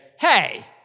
Hey